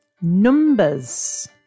numbers